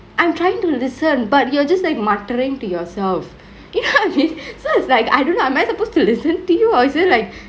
I'm tryingk to listen but you are just like mutteringk to yourself you get what I mean so it's like I don't know am I supposed to listen to you or is it like